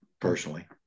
personally